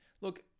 look